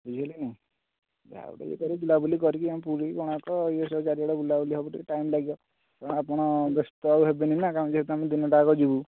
ବୁଝିପାରିଲେ କି ନାଇଁ ଯାହା ଗୋଟେ ଯେତେହେଲେ ବୁଲାବୁଲି କରିକି ପୁରୀ କୋଣାର୍କ ଏସବୁ ଚାରିଆଡ଼େ ବୁଲାବୁଲି ହବ ଟିକିଏ ଟାଇମ୍ ଲାଗିବ ତେଣୁ ଆପଣ ବ୍ୟସ୍ତ ଆଉ ହେବେନି ନା କାହିଁକିନା ଯେହେତୁ ଆମେ ଦିନଟା ଯାକ ଯିବୁ